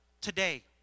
today